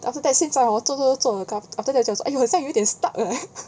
after that 现在 hor 做做做 acc~ aft~ after that !aiyo! 好像有点 stuck leh